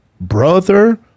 Brother